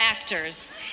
actors